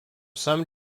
some